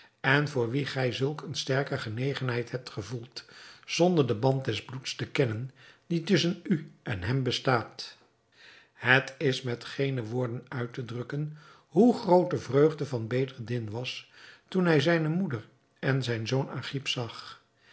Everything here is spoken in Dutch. en voor wien gij zulk eene sterke genegenheid hebt gevoeld zonder den band des bloeds te kennen die tusschen u en hem bestaat het is met geene woorden uit te drukken hoe groot de vreugde van bedreddin was toen hij zijne moeder en zijn zoon agib zag